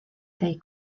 tej